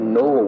no